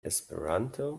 esperanto